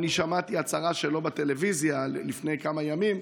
אני שמעתי הצהרה שלו בטלוויזיה לפני כמה ימים,